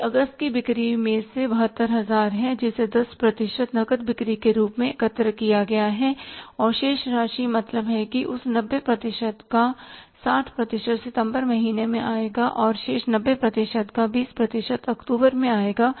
यह अगस्त की बिक्री में से 72000 है जिसे 10 प्रतिशत नकद बिक्री के रूप में एकत्र किया गया है और शेष राशि मतलब है कि उस 90 प्रतिशत का 80 प्रतिशत सितंबर महीने में आएगा और शेष 90 प्रतिशत का 20 प्रतिशत अक्टूबर में आएगा